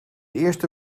eerste